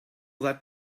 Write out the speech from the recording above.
that